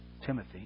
Timothy